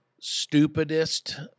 stupidest